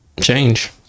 change